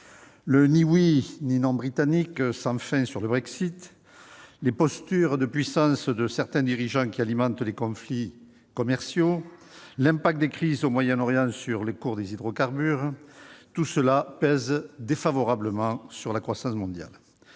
Le « ni oui ni non » britannique sans fin sur le Brexit, les postures de puissance de certains dirigeants qui alimentent des conflits commerciaux, l'impact des crises au Moyen-Orient sur les cours des hydrocarbures, tout cela pèse défavorablement sur la croissance mondiale.